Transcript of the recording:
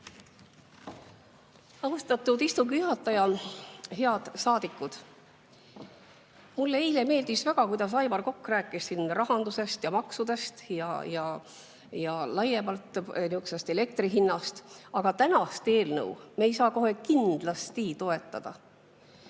Austatud istungi juhataja! Head saadikud! Mulle eile meeldis väga, kuidas Aivar Kokk rääkis siin rahandusest ja maksudest ja laiemalt elektri hinnast. Aga tänast eelnõu me ei saa kohe kindlasti toetada.